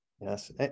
Yes